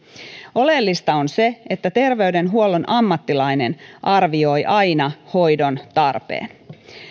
oleellista on se että terveydenhuollon ammattilainen arvioi aina hoidontarpeen